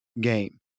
game